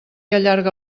allarga